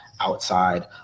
Outside